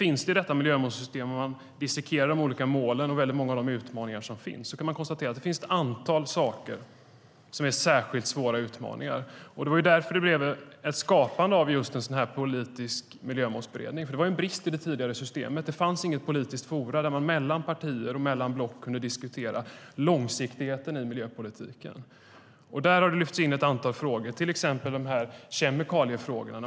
I detta miljömålssystem - om man dissekerar de olika målen och väldigt många av de utmaningar som finns - kan man konstatera att det finns ett antal saker som är särskilt svåra utmaningar. Det var därför det blev ett skapande av just en politisk miljömålsberedning. Det var ju en brist i det tidigare systemet att det inte fanns något politiskt forum där man mellan partier och mellan block kunde diskutera långsiktigheten i miljöpolitiken. Där har det lyfts in ett antal frågor, till exempel kemikaliefrågorna.